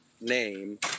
name